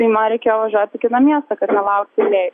tai man reikėjo važiuoti į kitą miestąkad nelaukti eilėj